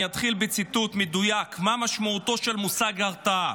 אני אתחיל בציטוט מדויק מה משמעותו של המושג הרתעה: